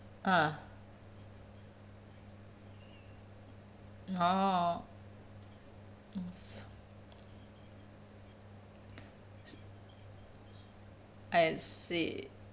ah orh I see